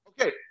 Okay